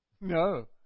No